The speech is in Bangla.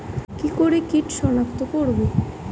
কি করে কিট শনাক্ত করব?